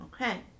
Okay